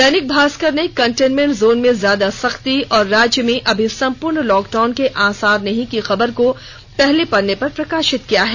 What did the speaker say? दैनिक भास्कर ने containment zone में ज्यादा सख्ती और राज्य में अभी संपूर्ण लॉकडाउन के आसार नहीं की खबर को पहले पन्ने पर प्रकाशित किया है